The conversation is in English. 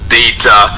data